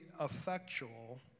effectual